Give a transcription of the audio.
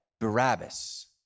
Barabbas